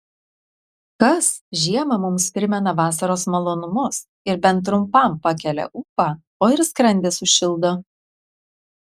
kas žiemą mums primena vasaros malonumus ir bent trumpam pakelią ūpą o ir skrandį sušildo